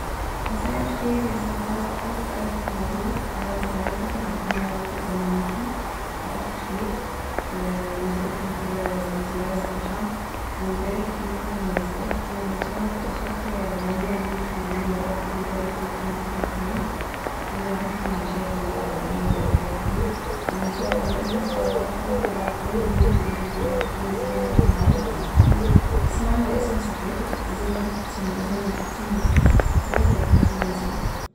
مساء الخير يا صفاأ ألف ألف مبروك علي الجوازه، ربنا يارب يتمملكم بألف خير ويرزقكم كدا بالذرية الصالحة ويبارك فيكم ويسعدكم وان شاء الله تبقي خطوه جميله ليكي وليه يارب ويبارك فيكم انتم الاتنين ويبعد عنكم المشاكل بقي والعين والحاجات دي وآن شاء الله إن شاء الله أكيد أول بنت ليكي هتكون اسمها معروف يعني اسمها علي اسم صاحبتك زينب ثم زينب ثم زينب التلاته يكونوا اسمهم زينب